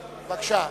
בבקשה.